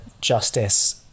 justice